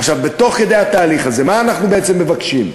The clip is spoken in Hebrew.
עכשיו, תוך כדי התהליך הזה, מה אנחנו בעצם מבקשים?